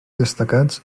destacats